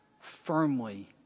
firmly